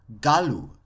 Galu